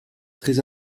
très